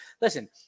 listen